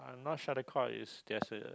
I'm not sure whether call is there's a